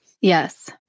Yes